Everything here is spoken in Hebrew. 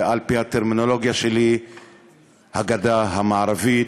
על-פי הטרמינולוגיה שלי הגדה המערבית,